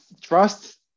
trust